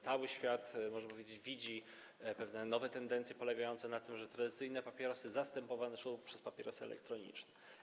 Cały świat, można powiedzieć, widzi pewne nowe tendencje polegające na tym, że tradycyjne papierosy zastępowane są przez papierosy elektroniczne.